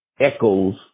echoes